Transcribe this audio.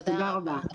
תודה רבה.